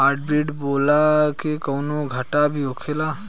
Hybrid बोला के कौनो घाटा भी होखेला?